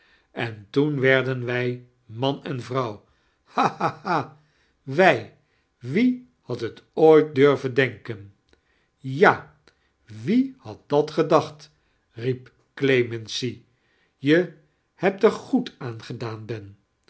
en toen wexden wij man en vrouw ha ha ha wij wie had t ooit dutvem denken i ja woe had dat gedacht riep clemency je hebt er goed aan gedaan ben